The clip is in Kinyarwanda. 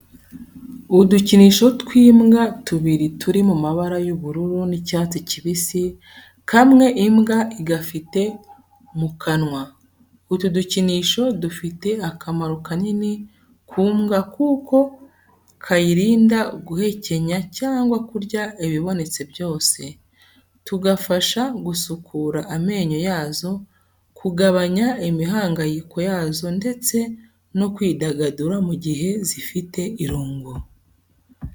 Udukinisho tw'imbwa tubiri turi mu mabara y'ubururu n'icyatsi kibisi, kamwe imbwa igafite mu kanwa. Utu dukinisho dufite akamaro kanini ku mbwa kuko kayirinda guhekenya cyangwa kurya ibibonetse byose, tugafasha gusukura amenyo yazo, kugabanya imihangayiko yazo ndetse no kwidagadura mu gihe zifite irungu.